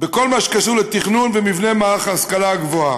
בכל מה שקשור לתכנון ומבנה מערך ההשכלה הגבוהה.